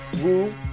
woo